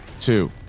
two